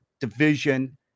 division